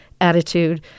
attitude